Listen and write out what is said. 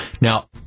Now